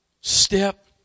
step